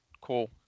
cool